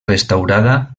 restaurada